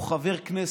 או חבר כנסת,